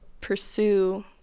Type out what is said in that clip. pursue